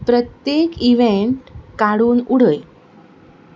प्रत्येक इवँट काडून उडय